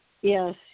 Yes